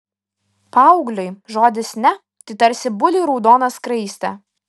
paaugliui žodis ne tarsi buliui raudona skraistė